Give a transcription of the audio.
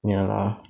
ya lah